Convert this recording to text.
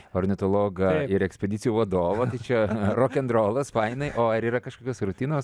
ornitologą ir ekspedicijų vadovą tai čia rokenrolas fainai o ar yra kažkokios rutinos